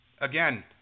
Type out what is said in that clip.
again